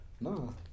No